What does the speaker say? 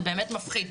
זה באמת מפחיד.